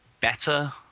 better